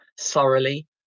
Thoroughly